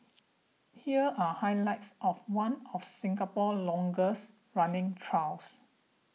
here are highlights of one of Singapore's longest running trials